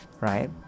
right